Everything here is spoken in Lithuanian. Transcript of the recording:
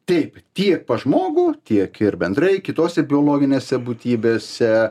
taip tiek pas žmogų tiek ir bendrai kitose biologinėse būtybėse